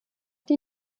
die